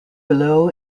below